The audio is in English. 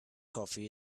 coffee